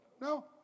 No